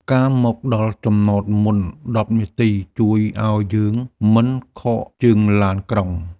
ការមកដល់ចំណតមុន ១០ នាទី ជួយឱ្យយើងមិនខកជើងឡានក្រុង។